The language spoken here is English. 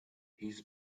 his